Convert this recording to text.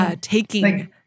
taking